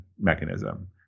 mechanism